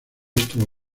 estuvo